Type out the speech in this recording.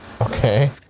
Okay